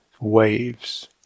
waves